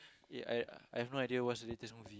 ya I I have no idea what's the latest movie